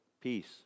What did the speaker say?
peace